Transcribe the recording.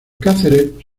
cáceres